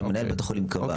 שמנהל בית החולים קבע.